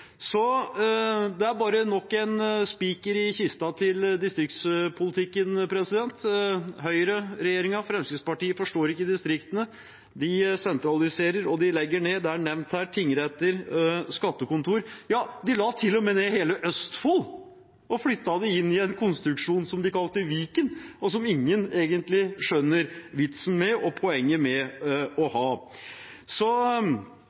er bare nok en spiker i kista til distriktspolitikken. Høyreregjeringen og Fremskrittspartiet forstår ikke distriktene. De sentraliserer, og de legger ned. Tingretter og skattekontor er nevnt her. Ja, de la til og med ned hele Østfold og flyttet det inn i en konstruksjon som de kalte Viken, og som ingen egentlig skjønner vitsen og poenget med å